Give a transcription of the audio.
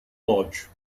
lodge